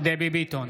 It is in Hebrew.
דבי ביטון,